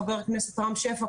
חבר הכנסת רם שפע,